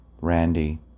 Randy